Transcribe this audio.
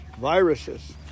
viruses